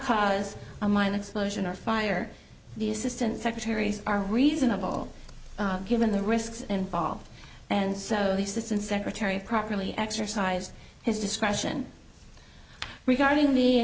cause a mine explosion or fire the assistant secretaries are reasonable given the risks involved and so the system secretary properly exercised his discretion regarding the